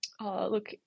look